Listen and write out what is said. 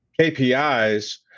KPIs